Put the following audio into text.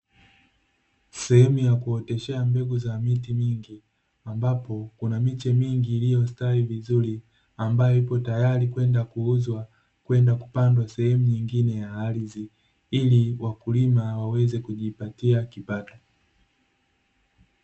Sehemu ya kuoteshea mbegu za miti mingi, ambapo kuna miche mingi iliyostawi vizuri, ambayo ipo tayari kwenda kuuzwa, kwenda kupandwa sehemu nyingine ya ardhi, ili wakulima waweze kujipatia kipato.